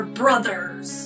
brothers